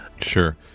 Sure